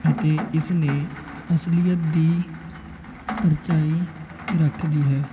ਅਤੇ ਇਸ ਨੇ ਅਸਲੀਅਤ ਦੀ ਪਰਚਾਈ ਰੱਖਦੀ ਹੈ